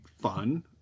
fun